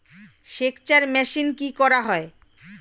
সেকচার মেশিন কি করা হয়?